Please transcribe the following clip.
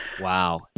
Wow